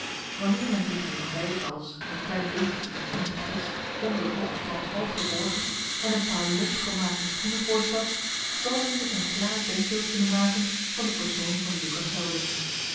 wanneer men zich nu bij dit alles een klein degentje met tinnen gevest onder het rokspand half verborgen en een paar lomp gemaakte schoenen voorstelt zal men zich een klaar denkbeeld kunnen maken van den persoon van lucas helding